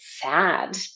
sad